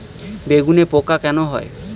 বেগুনে পোকা কেন হয়?